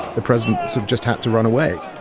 the president just had to run away.